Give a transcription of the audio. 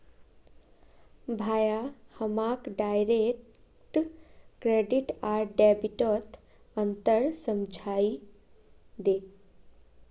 भाया हमाक direct credit आर डेबिटत अंतर समझइ दे